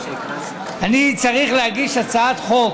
אני צריך להגיש הצעת חוק,